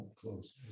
close